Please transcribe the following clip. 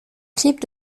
clip